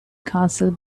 castle